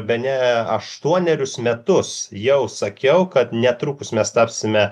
bene aštuonerius metus jau sakiau kad netrukus mes tapsime